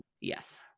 Yes